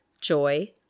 joy